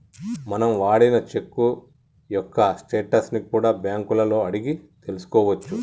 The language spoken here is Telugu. మనం వాడిన చెక్కు యొక్క స్టేటస్ ని కూడా బ్యేంకులలో అడిగి తెల్సుకోవచ్చు